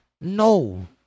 No